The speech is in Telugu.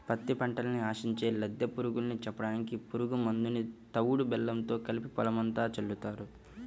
పత్తి పంటని ఆశించే లద్దె పురుగుల్ని చంపడానికి పురుగు మందుని తవుడు బెల్లంతో కలిపి పొలమంతా చల్లుతారు